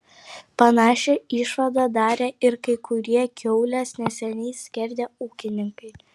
panašią išvadą darė ir kai kurie kiaules neseniai skerdę ūkininkai